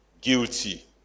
guilty